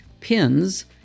pins